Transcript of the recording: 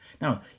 Now